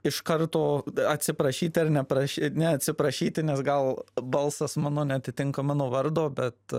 iš karto atsiprašyti ar ne praš neatsiprašyti nes gal balsas mano neatitinka mano vardo bet